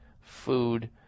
food